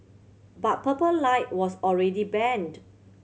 but Purple Light was already banned